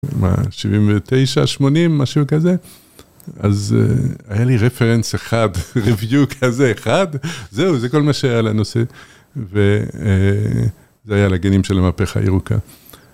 79, 80, משהו כזה. אז היה לי רפרנס אחד, ריוויו כזה אחד. זהו, זה כל מה שהיה לנושא. וזה היה על הגנים של המהפכה הירוקה